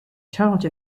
charge